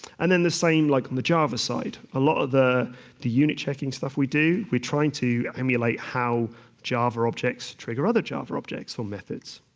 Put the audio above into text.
and then the same like on the java side. a lot of the unit-checking stuff we do, we're trying to emulate how java objects trigger other java objects or methods.